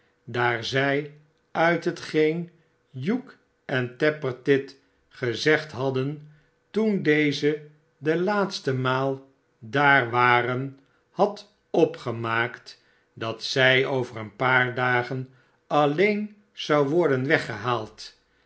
daar zij uit hetgeen hugh en tappertit gezegd hadden toen deze de laatste maal daar waren had opgemaakt dat zij over een paar dagen alleen zou worden weggehaak